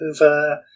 over